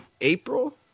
April